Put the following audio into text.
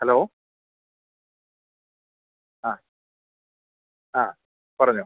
hello ആ ആ പറഞ്ഞോ